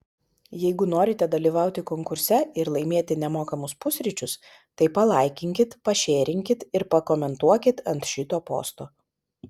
jeigu norite dalyvauti konkurse ir laimėti nemokamus pusryčius tai palaikinkit pašėrinkit ir pakomentuokit ant šito posto